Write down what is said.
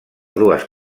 dues